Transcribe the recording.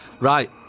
Right